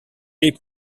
est